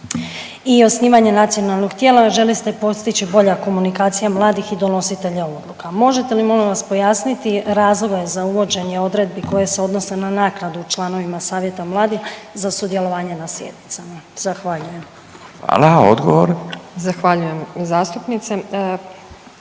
i osnivanje nacionalnog tijela željeli ste postići bolja komunikacija mladih i donositelja odluka. Možete li, molim vas, pojasniti razloge za uvođenje odredbi koje se odnose na naknadu članovima savjeta mladih za sudjelovanje na sjednicama? Zahvaljujem. **Radin, Furio (Nezavisni)**